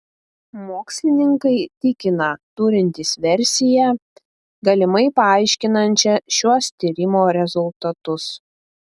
mokslininkai tikina turintys versiją galimai paaiškinančią šiuos tyrimo rezultatus